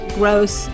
gross